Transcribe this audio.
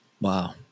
wow